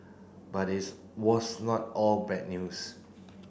but it's was not all bad news